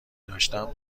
داشتم